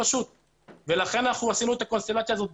לכן עשינו את הקונסטלציה הזאת.